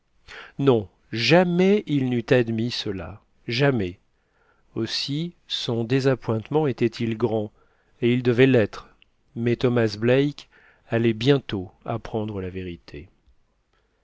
non jamais il n'eût admis cela jamais aussi son désappointement était-il grand et il devait l'être mais thomas black allait bientôt apprendre la vérité